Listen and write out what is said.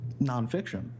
nonfiction